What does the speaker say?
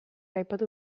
aipatu